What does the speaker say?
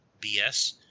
BS